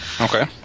Okay